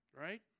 right